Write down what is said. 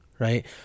Right